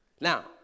Now